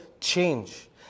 change